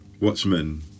Watchmen